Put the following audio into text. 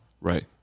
Right